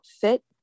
fit